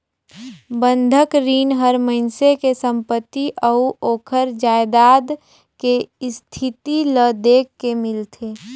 बंधक रीन हर मइनसे के संपति अउ ओखर जायदाद के इस्थिति ल देख के मिलथे